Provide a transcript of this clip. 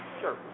Sure